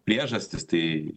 priežastys tai